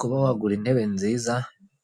Kuba wagura intebe nziza